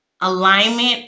alignment